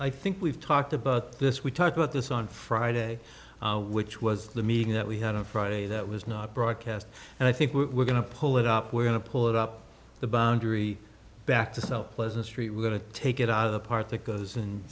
i think we've talked about this we talked about this on friday which was the meeting that we had on friday that was not broadcast and i think we're going to pull it up we're going to pull it up the boundary back to self pleasant street we're going to take it out of the part that goes